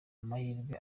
amahirwe